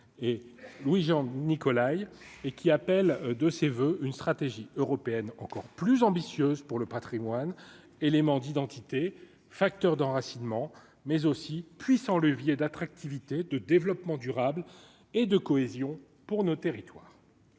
et Louis-Jean de Nicolaï et qui appelle de ses voeux une stratégie européenne encore plus ambitieuse pour le Patrimoine, éléments d'identité, facteur d'enracinement, mais aussi puissant levier d'attractivité de développement durable et de cohésion pour nos territoires.